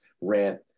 rent